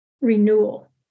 renewal